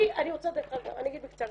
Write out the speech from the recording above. אני אגיד בקצרה,